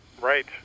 Right